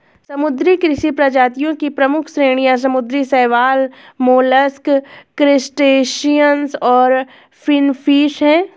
समुद्री कृषि प्रजातियों की प्रमुख श्रेणियां समुद्री शैवाल, मोलस्क, क्रस्टेशियंस और फिनफिश हैं